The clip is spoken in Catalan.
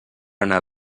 anar